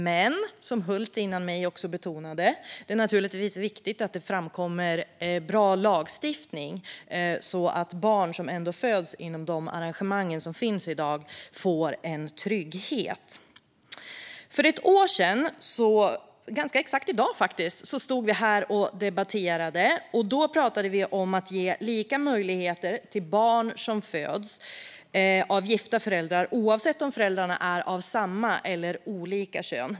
Men som Emma Hult före mig betonade är det naturligtvis viktigt att det kommer bra lagstiftning så att barn som föds inom de arrangemang som finns i dag får en trygghet. För ganska exakt ett år sedan stod vi här och debatterade. Då pratade vi om att ge lika möjligheter till barn som föds av gifta föräldrar, oavsett om föräldrarna är av samma eller olika kön.